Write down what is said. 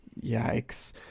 Yikes